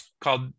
called